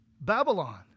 Babylon